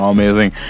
Amazing